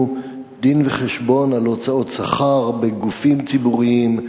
דין-וחשבון על הוצאות שכר בגופים ציבוריים,